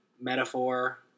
metaphor